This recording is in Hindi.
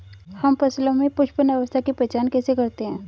हम फसलों में पुष्पन अवस्था की पहचान कैसे करते हैं?